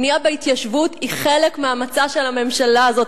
בנייה בהתיישבות היא חלק מהמצע של הממשלה הזאת,